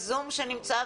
ענת.